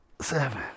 seven